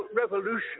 revolution